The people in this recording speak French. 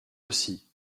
aussi